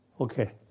Okay